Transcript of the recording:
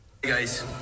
guys